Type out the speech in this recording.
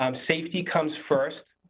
um safety comes first.